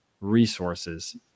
resources